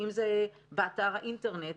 אם זה באתר האינטרנט,